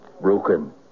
Broken